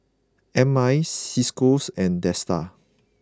M I Ciscos and Dsta